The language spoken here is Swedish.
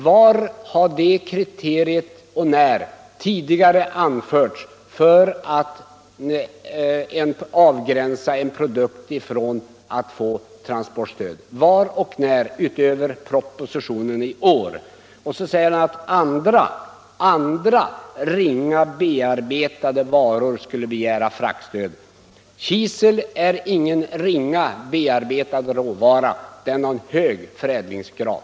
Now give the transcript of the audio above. Var och när har det kriteriet tidigare anförts för att avgränsa en produkt från att få transportstöd, utöver i propositionen i år? Han säger också att transportstöd skulle begäras för andra ringa bearbetade varor. Kisel är ingen ringa bearbetad råvara. Den har hög förädlingsgrad.